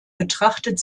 betrachtet